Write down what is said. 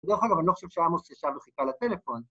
מה שלומך?